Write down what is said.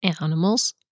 Animals